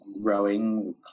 rowing